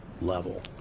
level